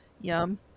Yum